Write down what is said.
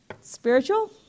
Spiritual